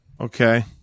Okay